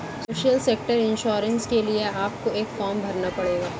social sector insurance के लिए आपको एक फॉर्म भरना पड़ेगा